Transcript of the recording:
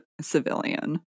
civilian